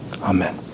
Amen